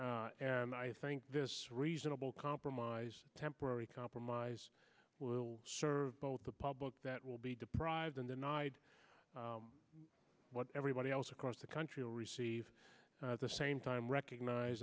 and i think this reasonable compromise temporary compromise will serve both the public that will be deprived and then i'd what everybody else across the country will receive the same time recognize